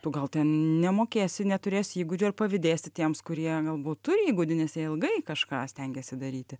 tu gal ten nemokėsi neturėsi įgūdžių ar pavydėsi tiems kurie galbūt turi įgūdį nes jie ilgai kažką stengėsi daryti